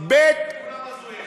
כולם הזויים,